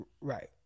Right